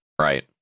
Right